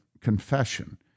Confession